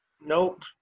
Nope